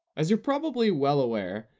as you're probably well-aware,